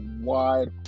wide